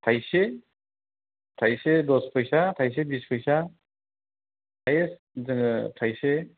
थायसे थायसे दस फैसा थायसे बिस फैसा हायेस्ट जोङो थायसे